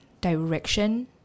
direction